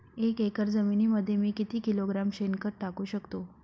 एक एकर जमिनीमध्ये मी किती किलोग्रॅम शेणखत टाकू शकतो?